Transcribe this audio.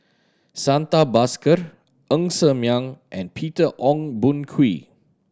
Santha Bhaskar Ng Ser Miang and Peter Ong Boon Kwee